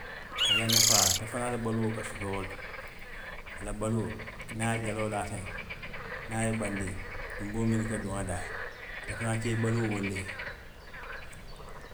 A la nafaa ate fanaa la baluo ka soto wo le to, a la baluo, niŋ a ye jaloo laa teŋ, niŋ a ye i bandii, tunboolu miŋ ka duŋ a daa, ate fanaa ka i baluu wolu le la.